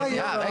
עוד וועדות?